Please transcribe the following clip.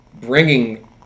bringing